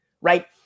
right